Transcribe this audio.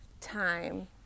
time